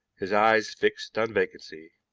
his eyes fixed on vacancy,